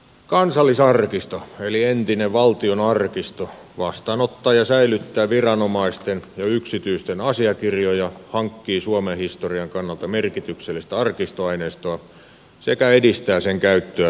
kansallisarkisto eli entinen valtionarkisto vastaanottaa ja säilyttää viranomaisten ja yksityisten asiakirjoja hankkii suomen historian kannalta merkityksellistä arkistoaineistoa sekä edistää sen käyttöä tutkimuksessa